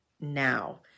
now